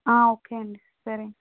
okay అండి సరే అండి